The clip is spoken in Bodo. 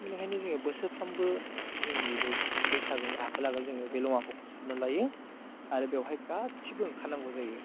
बेनिखायनो जोङो बोसोरफ्रोमबो जोंनि बे बैसागोनि आगोल आगोल जोङो बे लङाखौ फोसाबना लायो आरो बेवहाय गासिबो ओंखारनांगौ जायो